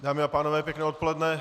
Dámy a pánové, pěkné odpoledne.